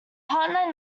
partner